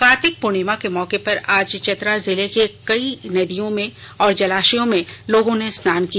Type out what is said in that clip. कार्तिक प्रर्णिमा के मौके पर आज चतरा जिले के कई नदियों व जलाशयों में लोगों ने स्नान किया